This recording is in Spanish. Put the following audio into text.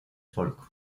folk